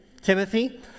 Timothy